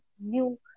new